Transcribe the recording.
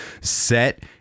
set